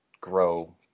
grow